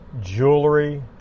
jewelry